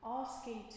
asking